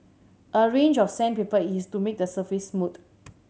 a range of sandpaper is used to make the surface smooth